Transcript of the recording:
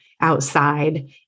outside